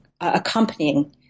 accompanying